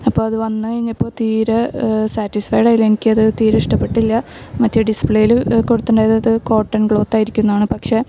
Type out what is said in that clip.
അപ്പോൾ അത് വന്ന് കഴിഞ്ഞപ്പോൾ തീരെ സ്റ്റാറ്റിസ്ഫൈഡ് ആയില്ല എനിക്കത് തീരെ ഇഷ്ടപ്പെട്ടില്ല മറ്റെ ഡിസ്പ്ലേയില് കൊടുത്തിട്ടുണ്ടായിരുന്നത് കോട്ടൺ ക്ലോത്തായിരിക്കുന്നാണ് പക്ഷെ